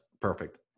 perfect